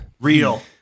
real